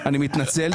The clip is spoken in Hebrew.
אני מתנצל.